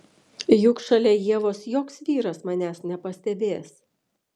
juk šalia ievos joks vyras manęs nepastebės